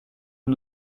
ont